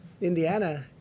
Indiana